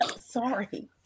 Sorry